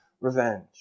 revenge